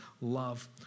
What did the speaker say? love